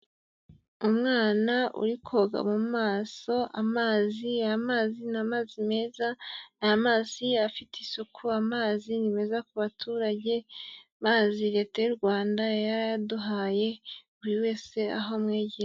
Umwana uri koga mu maso amazi, amazi ni amazi meza, aya mazi afite isuku, amazi ni meza ku baturage, amazi Leta y'u Rwanda yarayaduhaye buri wese aho amwege...